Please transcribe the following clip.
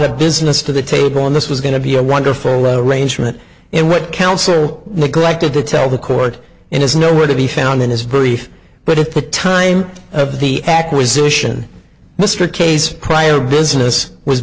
of business to the table and this was going to be a wonderful range from that and what counsel neglected to tell the court and is nowhere to be found in his brief but at the time of the acquisition mr k s prior business was